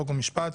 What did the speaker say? חוק ומשפט.